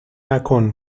نکن